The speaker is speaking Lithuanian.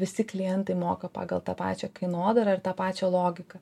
visi klientai moka pagal tą pačią kainodarą ir tą pačią logiką